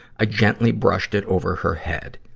i gently brushed it over her head.